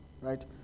Right